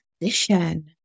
condition